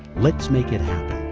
let's make it happen.